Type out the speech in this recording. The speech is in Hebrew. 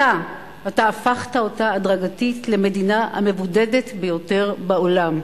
אתה הפכת אותה בהדרגה למדינה המבודדת ביותר בעולם.